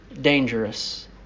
dangerous